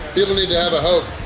people need to have a hope!